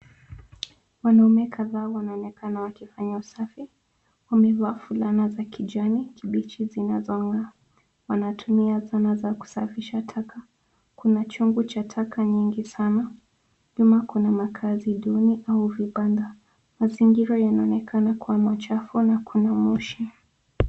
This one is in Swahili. Wanaume kadhaa wanaonekana wakifanya usafi. Wamevaa fulana za kijani kibichi zinazong'aa. Wanatumia zana za kusafisha taka. Kuna chungu cha taka nyingi sana. Nyuma kuna makaazi duni au vibanda. Mazingira yanaonekana kuwa machafu na kuna moshi.